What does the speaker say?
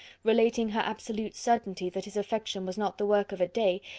relating her absolute certainty that his affection was not the work of a day,